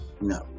No